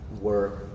work